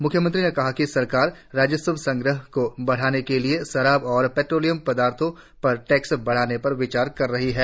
मुख्यमंत्री ने कहा कि सरकार राजस्व संग्रह को बढ़ाने के लिए शराब और पेटोलियम पदार्थों पर टैक्स बढ़ाने पर विचार कर रही है